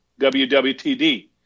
WWTD